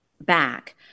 back